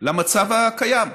למצב הקיים.